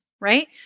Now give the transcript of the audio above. right